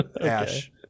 ash